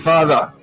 Father